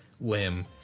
limb